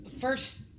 first